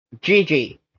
Gigi